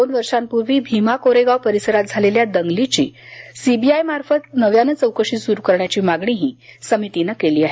दोन वर्षांपूर्वी भीमा कोरेगाव परिसरात झालेल्या दंगलीची सीबीआयमार्फत नव्यानं चौकशी सुरू करण्याची मागणीही समितीनं केली आहे